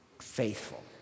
faithful